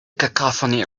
cacophony